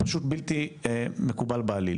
פשוט, בלתי מקובל בעליל